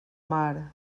mar